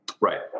Right